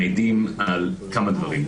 מעידים על כמה דברים,